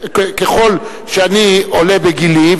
ככל שאני עולה בגילי,